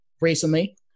recently